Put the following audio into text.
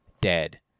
dead